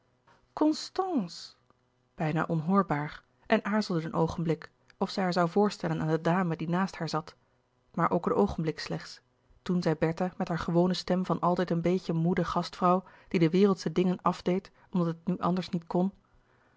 constance bijna onhoorbaar en aarzelde een oogenblik of zij haar zoû voorstellen aan de dame die naast haar zat maar louis couperus de boeken der kleine zielen ook een oogenblik slechts toen zei bertha met haar gewone stem van altijd een beetje moede gastvrouw die de wereldsche dingen afdeed omdat het nu anders niet kon